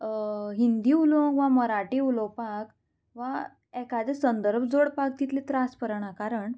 हिंदी उलोवंक वा मराठी उलोवपाक वा एकादें संदर्भ जोडपाक तितले त्रास पडना कारण